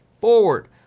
forward